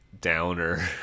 downer